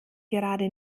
gerade